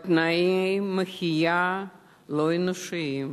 בתנאי מחיה לא אנושיים,